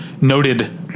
noted